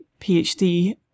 PhD